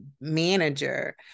manager